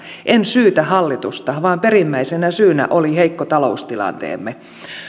en syytä hallitusta vaan perimmäisenä syynä oli heikko taloustilanteemme